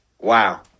Wow